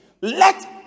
let